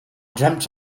dreamt